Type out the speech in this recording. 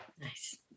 Nice